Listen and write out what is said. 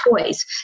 toys